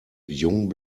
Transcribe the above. jung